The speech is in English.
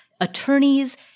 attorneys